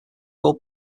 will